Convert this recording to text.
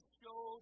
show